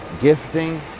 gifting